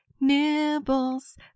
nibbles